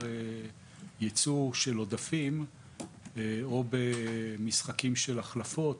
ייצוא של עודפים או במשחקים של החלפות,